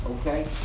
Okay